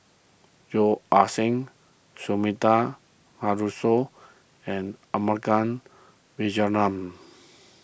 Yeo Ah Seng Sumida Haruzo and